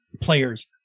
player's